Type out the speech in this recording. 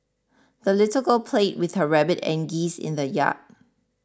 the little girl played with her rabbit and geese in the yard